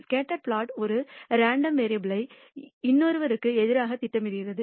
scatter plot ஒரு random variable ஐ இன்னொருவருக்கு எதிராகத் திட்டமிடுகிறது